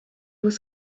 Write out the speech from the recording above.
was